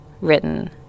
written